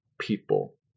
people